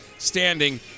standing